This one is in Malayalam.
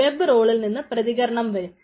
വെബ് റോളിൽ നിന്ന് പ്രതികരണം വരും